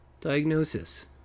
Diagnosis